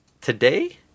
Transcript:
today